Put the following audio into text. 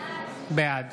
בעד